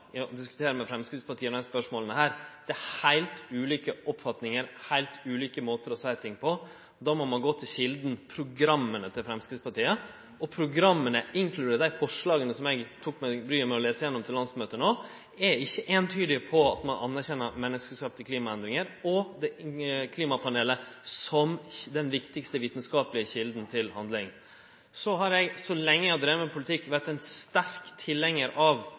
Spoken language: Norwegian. Det er heilt ulike oppfatningar og heilt ulike måtar å seie ting på. Då må ein gå til kjelda: programma til Framstegspartiet. Programma, inkludert dei forslaga som eg tok meg bryet med å lese igjennom til landsmøtet nå, er ikkje eintydige på at ein anerkjenner menneskeskapte klimaendringar, og klimapanelet som den viktigaste vitskapelege kjelda til handling. Så lenge eg har drive med politikk, har eg vore ein sterk tilhengjar av